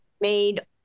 made